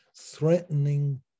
threatening